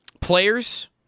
players